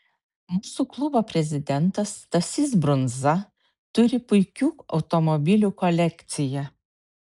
mūsų klubo prezidentas stasys brunza turi puikių automobilių kolekciją